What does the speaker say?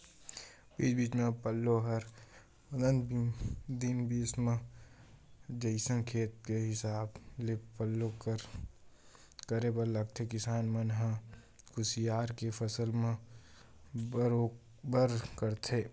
बीच बीच म पल्लो हर पंद्रह दिन बीस दिन म जइसे खेत के हिसाब ले पल्लो करे बर लगथे किसान मन ह कुसियार के फसल म बरोबर करथे